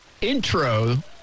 intro